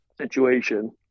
situation